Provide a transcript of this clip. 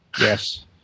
Yes